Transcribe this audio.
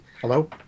Hello